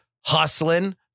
hustling